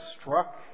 struck